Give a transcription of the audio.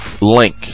link